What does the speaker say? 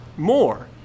more